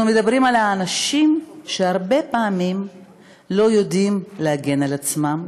אנחנו מדברים על אנשים שהרבה פעמים לא יודעים להגן על עצמם,